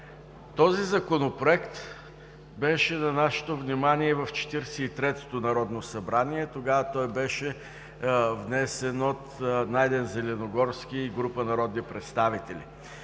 Този Законопроект беше на нашето внимание и в Четиридесет и третото народно събрание. Тогава беше внесен от Найден Зеленогорски и група народни представители.